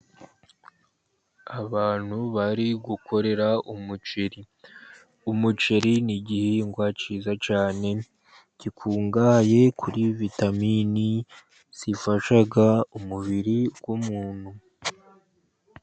Abantu bari gukorera umuceri , umuceri ni igihingwa cyiza cyane , gikungahaye kuri vitamini zifasha umubiri w'umuntu.